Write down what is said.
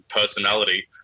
personality